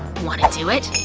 wanna do it?